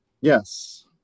Yes